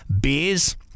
beers